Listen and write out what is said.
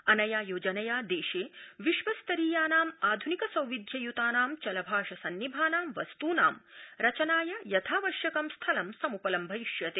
अनया योजनया देशे विश्वस्तरीयानां आध्निक सौविध्य्तानां चलभाष सन्निभानां वस्तूनां रचनाय यथावश्यकं स्थलं सम्पलम्भयिष्यते